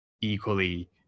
equally